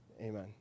Amen